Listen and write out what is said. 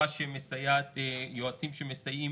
יועצים שמסייעים